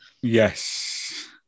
Yes